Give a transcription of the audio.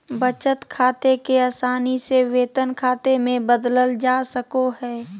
बचत खाते के आसानी से वेतन खाते मे बदलल जा सको हय